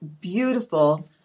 beautiful